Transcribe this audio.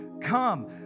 come